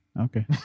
Okay